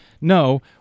no